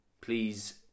please